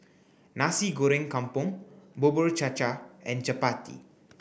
Nasi Goreng Kampung Bubur Cha Cha and Chappati